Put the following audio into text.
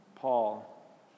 Paul